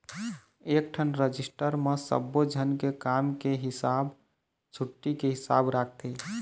एकठन रजिस्टर म सब्बो झन के काम के हिसाब, छुट्टी के हिसाब राखथे